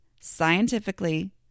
scientifically